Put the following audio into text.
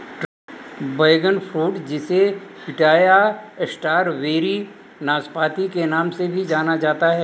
dragon fruit जिसे pitaya या strawberry नाशपाती के नाम से भी जाना जाता है